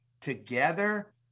together